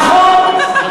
נכון,